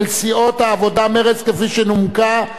כפי שנומקה על-ידי ראש האופוזיציה,